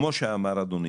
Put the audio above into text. כמו שאמר אדוני,